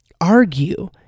argue